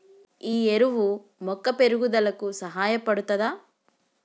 ఈ ఎరువు మొక్క పెరుగుదలకు సహాయపడుతదా?